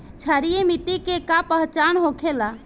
क्षारीय मिट्टी के का पहचान होखेला?